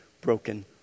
broken